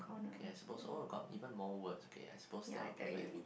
okay I suppose all about even more words okay I suppose that will be where